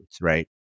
right